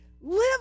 Live